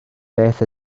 beth